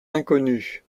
inconnu